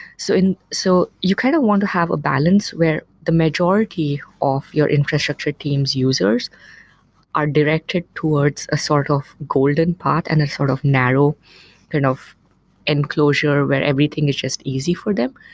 so so you kind of want to have a balance where the majority of your infrastructure team's users are directed towards a sort of golden pot and a sort of narrow kind of enclosure where everything is just easy for them.